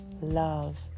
love